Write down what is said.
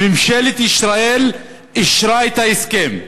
וממשלת ישראל אישרה את ההסכם.